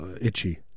itchy